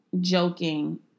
joking